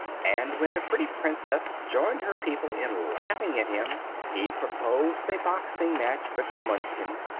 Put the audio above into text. and when the pretty princess joined her people in laughing at him he proposed a boxing-match with the munchkin,